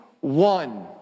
one